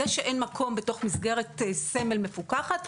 זה שאין מקום בתוך מסגרת סמל מפוקחת,